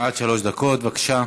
עד שלוש דקות, בבקשה.